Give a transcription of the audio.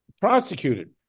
prosecuted